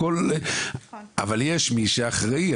אבל יש מי שאחראי,